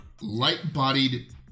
light-bodied